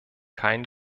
kein